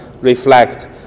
reflect